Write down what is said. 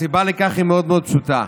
הסיבה לכך היא מאוד מאוד פשוטה.